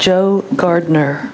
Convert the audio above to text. joe gardener